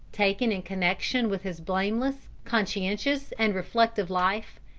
taken in connection with his blameless, conscientious, and reflective life,